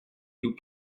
nous